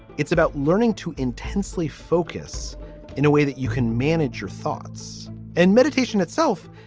it's about learning to intensely focus in a way that you can manage your thoughts and meditation itself.